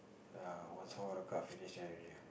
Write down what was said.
err once all the card finish already